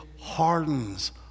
hardens